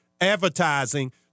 advertising